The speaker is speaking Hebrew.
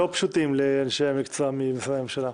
לא פשוטים לאנשי המקצוע ממשרדי הממשלה.